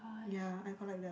ya I collect that